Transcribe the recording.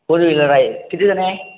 four wheeler आहे किती जणं आहे